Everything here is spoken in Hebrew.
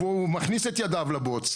והוא מכניס את ידיו לבוץ.